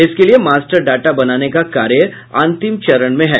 इसके लिये master data बनाने का कार्य अंतिम चरण में है